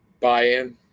buy-in